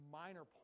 minor